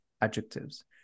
adjectives